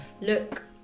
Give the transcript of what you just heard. look